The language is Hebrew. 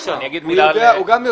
הוא יודע.